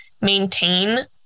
maintain